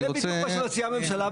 זה בדיוק מה שמציעה הממשלה.